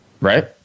right